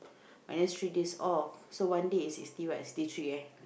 minus three days off so one day is sixty what sixty three eh